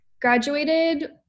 graduated